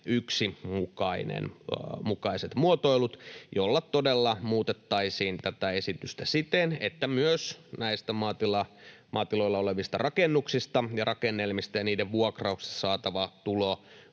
1 mukaiset muotoilut, joilla todella muutettaisiin tätä esitystä siten, että myös näistä maatiloilla olevista rakennuksista ja rakennelmista ja niiden vuokrauksesta saatava tulo